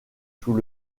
sous